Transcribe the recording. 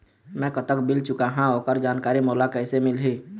मैं कतक बिल चुकाहां ओकर जानकारी मोला कइसे मिलही?